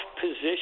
position